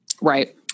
Right